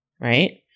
right